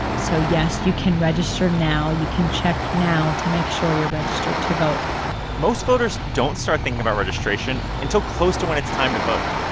so yes, you can register now. you can check now to make sure you're registered to vote most voters don't start thinking about registration until close to when it's time to vote.